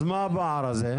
אז מה הפער הזה?